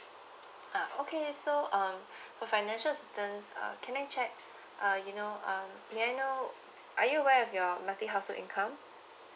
ah okay so um for financial assistance uh can I check uh you know um may I know are you aware of your monthly household income